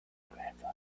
grandfather